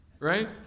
right